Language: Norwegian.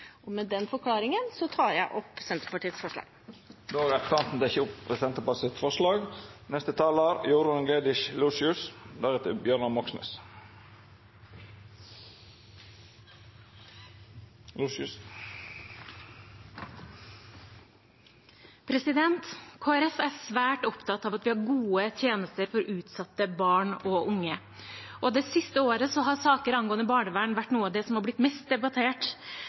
Med den forklaringen tar jeg opp Senterpartiets forslag. Då har representanten Åslaug Sem-Jacobsen teke opp det forslaget ho refererte til. Kristelig Folkeparti er svært opptatt av at vi har gode tjenester for utsatte barn og unge, og det siste året har saker angående barnevern vært noe av det som har blitt mest debattert